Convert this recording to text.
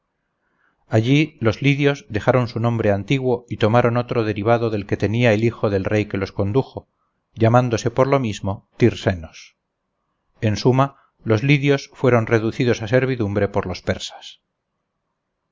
allí los lidios dejaron su nombre antiguo y tomaron otro derivado del que tenía el hijo del rey que los condujo llamándose por lo mismo tyrsenos en suma los lidios fueron reducidos a servidumbre por los persas